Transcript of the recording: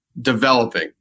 Developing